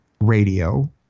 radio